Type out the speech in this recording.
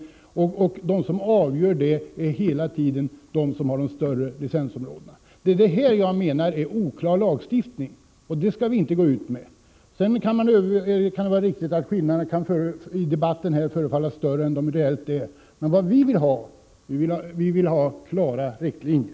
De som avgör dessa gränser är hela tiden de som har de större licensområdena. Det är detta som jag menar är oklar lagstiftning och sådan skall vi inte gå ut med. Sedan kan det vara riktigt att skillnaderna förefaller större här i debatten än vad de reellt är. Men vi vill ha klara riktlinjer.